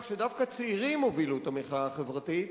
שדווקא צעירים הובילו את המחאה החברתית,